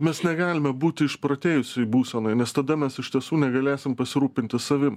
mes negalime būti išprotėjusioj būsenoj nes tada mes iš tiesų negalėsim pasirūpinti savim